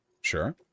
Sure